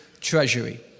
treasury